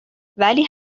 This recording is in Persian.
ولی